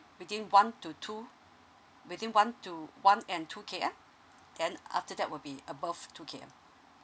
within one to two within one to one and two K_M then after that will be above two K_M